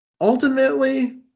Ultimately